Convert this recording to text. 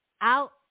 out